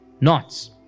knots